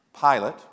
Pilate